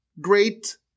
great